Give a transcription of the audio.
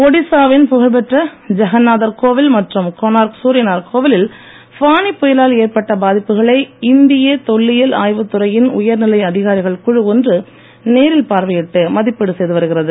ஒடிசாவின் புகழ்பெற்ற ஜகநாதர் கோவில் மற்றும் கோனார்க் சூரியநார் கோவிலில் ஃபானி புயலால் ஏற்பட்ட பாதிப்புகளை இந்திய தொல்லியல் ஆய்வுத்துறையின் உயர்நிலை அதிகாரிகள் குழு ஒன்று நேரில் பார்வையிட்டு மதிப்பீடு செய்து வருகிறது